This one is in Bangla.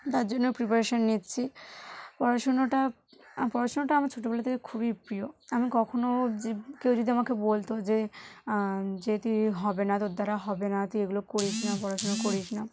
তার জন্য প্রিপারেশান নিচ্ছি পড়াশোনাটা পড়াশোনাটা আমার ছোটবেলা থেকে খুবই প্রিয় আমি কখনও কেউ যদি আমাকে বলতো যে যে তুই হবে না তোর দ্বারা হবে না তুই এগুলো করিস না পড়াশোনা করিস না